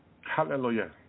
Hallelujah